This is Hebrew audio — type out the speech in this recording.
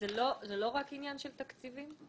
זה לא רק עניין של תקציבים?